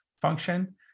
function